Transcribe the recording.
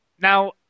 Now